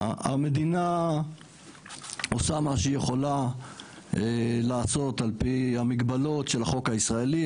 המדינה עושה מה שהיא יכולה לעשות על פי המגבלות של החוק הישראלי,